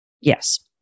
Yes